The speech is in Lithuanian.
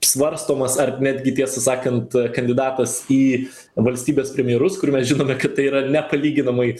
svarstomas ar netgi tiesą sakant kandidatas į valstybės premjerus kur mes žinome kad tai yra nepalyginamai